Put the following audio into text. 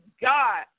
God